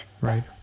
Right